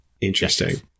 Interesting